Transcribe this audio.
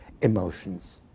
emotions